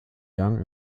young